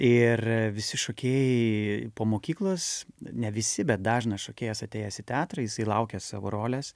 ir visi šokėjai po mokyklos ne visi bet dažnas šokėjas atėjęs į teatrą jisai laukia savo rolės